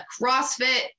CrossFit